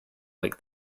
like